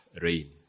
rain